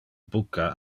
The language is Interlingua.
bucca